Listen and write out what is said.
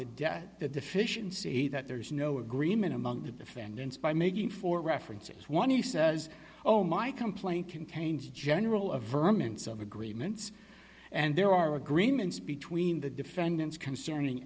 the debt deficiency that there is no agreement among the defendants by making four references one he says oh my complaint contains a general of vermins of agreements and there are agreements between the defendants concerning